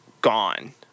gone